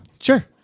Sure